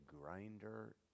grinder